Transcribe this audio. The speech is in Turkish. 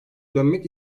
dönmek